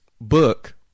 book